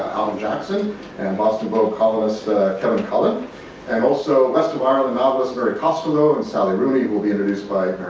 johnson and boston globe columnist kevin cullen and also west of ireland novelist mary costello and sally rooney will be introduced by?